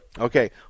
okay